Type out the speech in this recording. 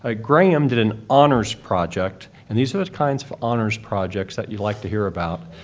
ah graham did an honors project, and these are the kinds of honors projects that you like to hear about.